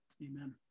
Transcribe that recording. amen